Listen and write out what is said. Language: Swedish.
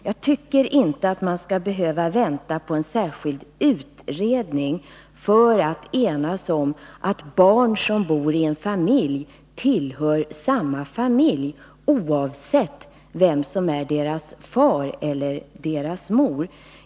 Man skall inte behöva vänta på en särskild utredning för att enas om att barni en familj tillhör samma familj, oavsett vem som är deras far eller deras mor.